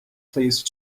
please